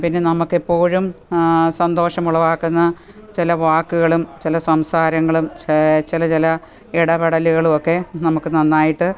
പിന്നെ നമുക്കെപ്പോഴും സന്തോഷമുളവാക്കുന്ന ചില വാക്കുകളും ചില സംസാരങ്ങളും ചില ചില ഇടപെടലുകളുമൊക്കെ നമുക്ക് നന്നായിട്ട്